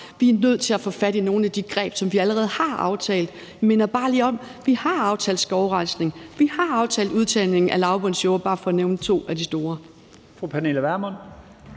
Vi er nødt til at få fat i nogle af de greb, som vi allerede har aftalt. Jeg minder bare lige om, at vi har aftalt skovrejsning, og at vi har aftalt udtagning af lavbundsjorder – bare for at nævne to af de store ting.